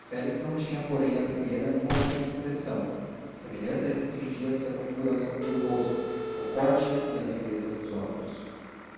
félix não tinha porém a primeira nem a última expressão a semelhança restringia se à configuraçao do rosto ao corte e viveza dos olhos